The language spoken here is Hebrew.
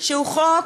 שהוא חוק,